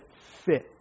fit